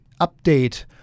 update